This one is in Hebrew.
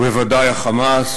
ובוודאי ה"חמאס",